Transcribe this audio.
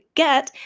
get，